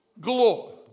glory